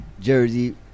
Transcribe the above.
Jersey